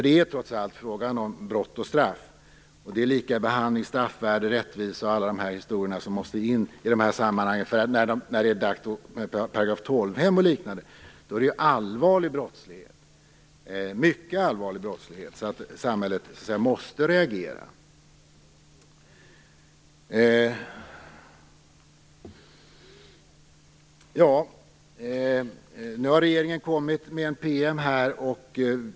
Det är trots allt fråga om brott och straff. Det handlar om likabehandling, straffvärde, rättvisa och allt det som måste in i dessa sammanhang. När det är dags för § 12-hem och liknande handlar det om mycket allvarlig brottslighet. Då måste samhället reagera. Nu har regeringen kommit med en PM.